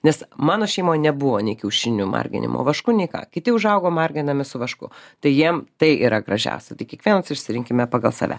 nes mano šeimoj nebuvo nei kiaušinių marginimo vašku nei ką kiti užaugo margindami su vašku tai jiem tai yra gražiausia tai kiekvienas išsirinkime pagal save